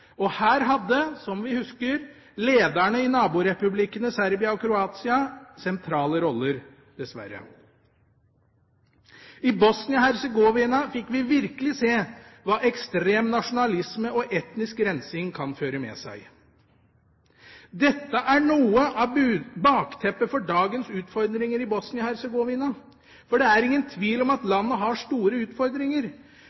Og her hadde, som vi husker, lederne i naborepublikkene Serbia og Kroatia sentrale roller – dessverre. I Bosnia-Hercegovina fikk vi virkelig se hva ekstrem nasjonalisme og etnisk rensing kan føre med seg. Dette er noe av bakteppet for dagens utfordringer i Bosnia-Hercegovina. For det er ingen tvil om at